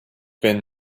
been